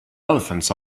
elephants